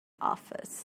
office